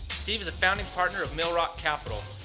steve is a founding partner of male rock capital.